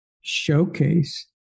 showcase